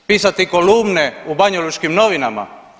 Pisati kolumne u banjalučkim novinama?